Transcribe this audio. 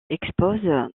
expose